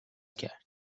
کرد